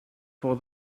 for